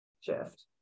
shift